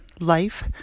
life